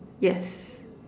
yes